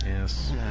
Yes